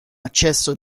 accesso